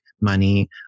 money